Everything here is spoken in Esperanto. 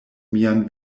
mian